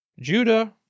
Judah